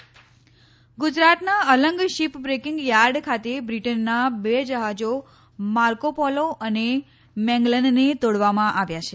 અલંગ જહાજ ગુજરાતના Alang shipbreaking yard ખાતે બ્રિટનના બે જહાજો માર્કો પોલો અને મૈગલનને તોડવામાં આવ્યા છે